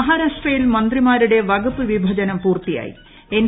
മഹാരാഷ്ട്രയിൽ മന്ത്രിമാരുടെ വകുപ്പ് വിഭജനം പൂർത്തിയായി എൻ